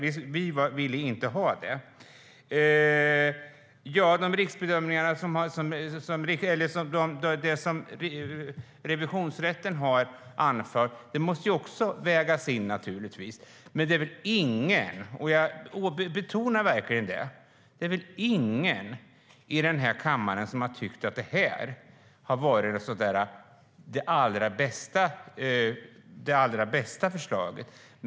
Vi ville inte ha det. Det revisionsrätten har anfört måste naturligtvis vägas in. Men det är väl ingen - jag betonar det - här i kammaren som har tyckt att detta har varit det allra bästa förslaget.